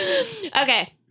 Okay